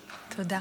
תודה.